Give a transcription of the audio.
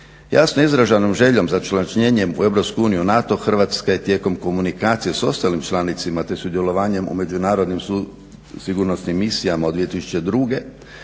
Jasno izraženom željom za učlanjenjem u EU i NATO Hrvatska je tijekom komunikacije s ostalim članicama te sudjelovanjem u međunarodnim sigurnosnim misijama od 2002.